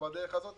ההחלטה הזאת